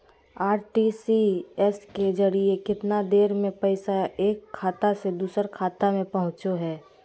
RTGS के जरिए कितना देर में पैसा एक खाता से दुसर खाता में पहुचो है?